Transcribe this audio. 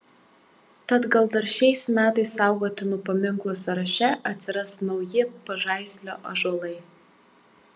tad gal dar šiais metais saugotinų paminklų sąraše atsiras nauji pažaislio ąžuolai